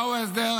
מהו ההסדר?